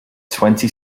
twenty